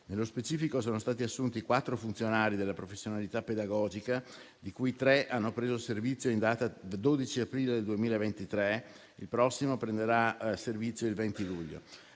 Nello specifico, sono stati assunti quattro funzionari di professionalità pedagogica, tre dei quali hanno preso servizio in data 12 aprile 2023. Il prossimo prenderà servizio il 20 luglio.